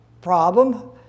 problem